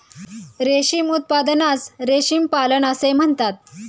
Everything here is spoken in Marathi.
रेशीम उत्पादनास रेशीम पालन असे म्हणतात